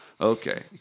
okay